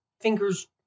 fingers